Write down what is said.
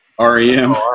REM